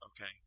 okay